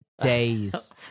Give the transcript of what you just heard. days